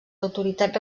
autoritats